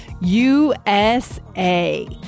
USA